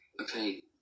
Okay